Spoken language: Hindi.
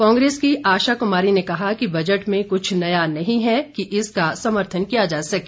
कांग्रेस की आशा कुमारी ने कहा कि बजट में कुछ नया नहीं है कि इसका समर्थन किया जा सके